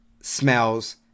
smells